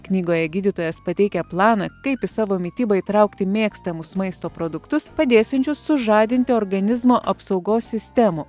knygoje gydytojas pateikia planą kaip į savo mitybą įtraukti mėgstamus maisto produktus padėsiančius sužadinti organizmo apsaugos sistemų